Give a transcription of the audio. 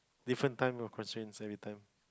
different time of constants every time